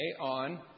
on